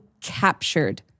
captured